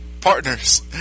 partners